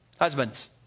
husbands